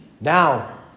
Now